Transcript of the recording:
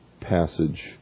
passage